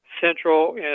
central